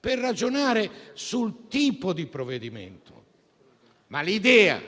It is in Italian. per ragionare sul tipo di provvedimento. Ma l'idea